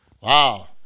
Wow